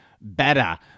better